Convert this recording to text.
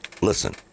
Listen